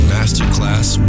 Masterclass